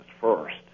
first